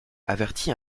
avertit